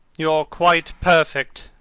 you're quite perfect,